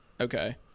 okay